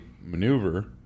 maneuver